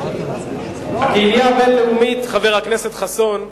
הקהילה הבין-לאומית, חבר הכנסת חסון,